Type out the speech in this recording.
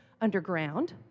underground